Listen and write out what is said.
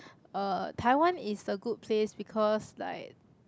uh Taiwan is a good place because like